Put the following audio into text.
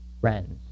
friends